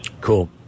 Cool